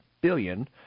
billion